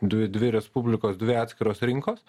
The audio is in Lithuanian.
du dvi respublikos dvi atskiros rinkos